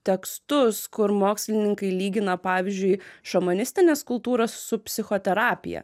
tekstus kur mokslininkai lygina pavyzdžiui šamanistines kultūras su psichoterapija